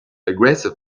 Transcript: aggressive